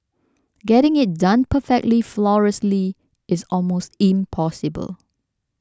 getting it done perfectly flawlessly is almost impossible